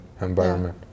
environment